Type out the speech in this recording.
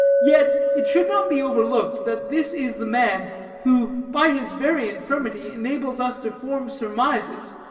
yet, it should not be overlooked that this is the man who, by his very infirmity, enables us to form surmises,